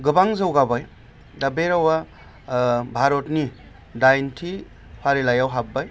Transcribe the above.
गोबां जौगाबाय दा बे रावा भारतनि दाइथि फारिलायाव हाबबाय